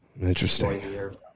Interesting